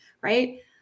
right